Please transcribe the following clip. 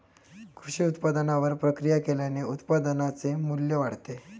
कृषी उत्पादनावर प्रक्रिया केल्याने उत्पादनाचे मू्ल्य वाढते